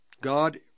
God